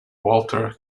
walter